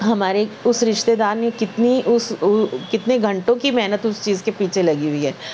ہمارے اس رشتہ دار نے کتنی اس کتنی گھنٹوں کی محنت اس چیز کے پیچھے لگی ہوئی ہے